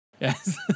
Yes